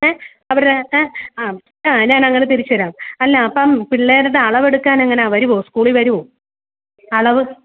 ഏ അവരുടെ ഏ ആ ആ ഞാനങ്ങനെ തിരിച്ച് തരാം അല്ല അപ്പം പിള്ളേരുടെ അളവെടുക്കാനെങ്ങനാണ് വരുവോ സ്കൂളിൽ വരുവോ അളവ്